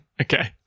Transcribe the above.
Okay